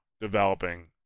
developing